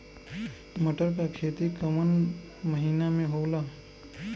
मटर क खेती कवन महिना मे होला?